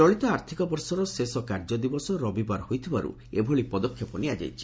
ଚଳିତ ଆର୍ଥିକ ବର୍ଷର ଶେଷ କାର୍ଯ୍ୟଦିବସ ରବିବାର ହୋଇଥିବାରୁ ଏଭଳି ପଦକ୍ଷେପ ନିଆଯାଇଛି